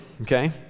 okay